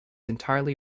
entirely